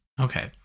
Okay